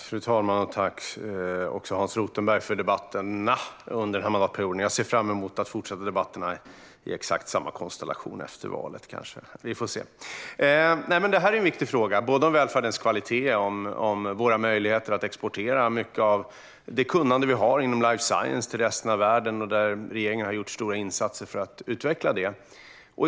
Fru talman! Jag tackar Hans Rothenberg för debatterna under den här mandatperioden. Jag ser fram emot att fortsätta debatterna efter valet, kanske i exakt samma konstellation. Vi får se! Det här är en viktig fråga. Detta gäller både välfärdens kvalitet och våra möjligheter att exportera mycket av det kunnande vi har inom life science till resten av världen. Regeringen har gjort stora insatser för att utveckla detta.